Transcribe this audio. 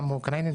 גם אוקראינית,